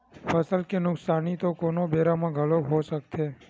फसल के नुकसानी तो कोनो बेरा म घलोक हो सकत हे